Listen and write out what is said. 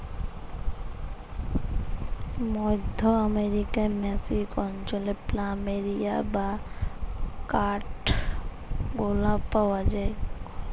মধ্য আমরিকার মেক্সিক অঞ্চলে প্ল্যামেরিয়া বা কাঠগলাপ পাওয়া যায়